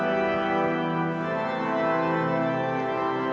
um